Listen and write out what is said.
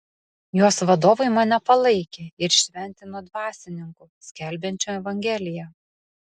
jos vadovai mane palaikė ir įšventino dvasininku skelbiančiu evangeliją